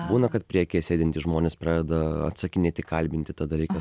būna kad priekyje sėdintys žmonės pradeda atsakinėti kalbinti tą dalyką